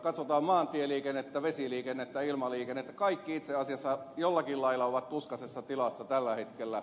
katsotaan maantieliikennettä vesiliikennettä ilmaliikennettä kaikki itse asiassa jollakin lailla ovat tuskaisessa tilassa tällä hetkellä